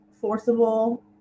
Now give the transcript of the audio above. forcible